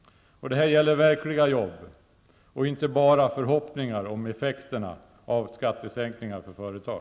Det här gäller verkliga jobb, inte bara förhoppningar om effekterna av skattesänkningar för företag.